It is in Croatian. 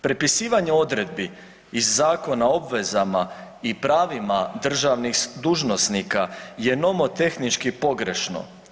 Prepisivanje odredbi iz Zakona o obvezama i pravima državnih dužnosnika je nomotehnički pogrešno.